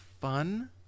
fun